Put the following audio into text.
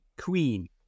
queen